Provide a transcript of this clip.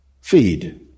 feed